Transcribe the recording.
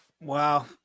Wow